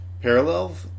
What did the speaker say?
parallels